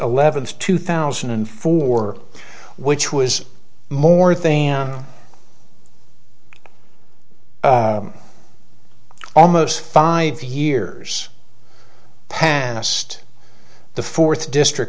eleventh two thousand and four which was more thing am almost five years past the fourth district